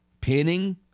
pinning